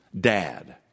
Dad